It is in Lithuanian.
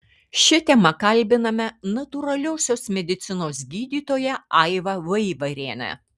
šia tema kalbiname natūraliosios medicinos gydytoją aivą vaivarienę